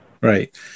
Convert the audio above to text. right